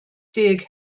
deg